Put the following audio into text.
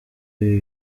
ibi